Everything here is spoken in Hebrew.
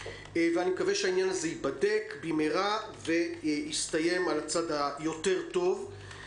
ואני מקווה שהעניין הזה ייבדק במהרה ויסתיים על הצד הטוב יותר.